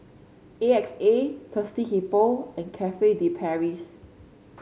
A X A Thirsty Hippo and Cafe De Paris